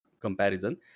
comparison